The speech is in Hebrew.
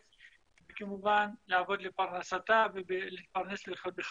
וכמובן לעבוד לפרנסתה ולהתפרנס בכבוד.